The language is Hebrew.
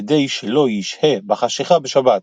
כדי שלא ישהה בחשיכה בשבת,